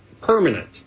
permanent